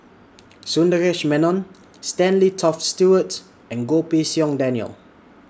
Sundaresh Menon Stanley Toft Stewart and Goh Pei Siong Daniel